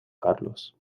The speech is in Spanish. carlos